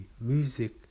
music